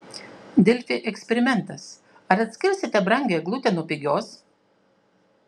delfi eksperimentas ar atskirsite brangią eglutę nuo pigios